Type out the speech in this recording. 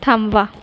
थांबवा